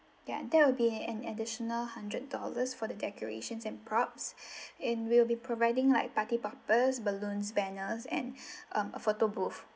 ya that will be an additional hundred dollars for the decorations and props and we'll be providing like party poppers balloons banners and um a photo booth